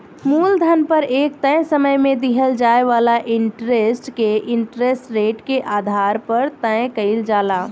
मूलधन पर एक तय समय में दिहल जाए वाला इंटरेस्ट के इंटरेस्ट रेट के आधार पर तय कईल जाला